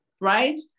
right